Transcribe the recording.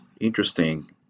interesting